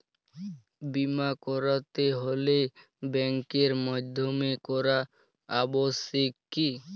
বিমা করাতে হলে ব্যাঙ্কের মাধ্যমে করা আবশ্যিক কি?